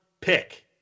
pick